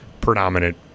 predominant